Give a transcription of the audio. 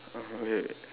oh wait